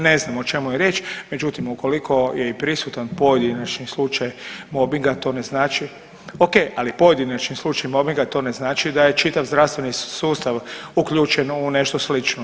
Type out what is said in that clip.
Ne znam o čemu je riječ, međutim ukoliko je prisutan pojedinačni slučaj mobinga to ne znači, ok, ali pojedinačni slučaj to ne znači da je čitav zdravstveni sustav uključen u nešto slično.